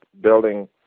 building